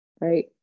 right